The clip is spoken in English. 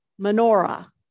menorah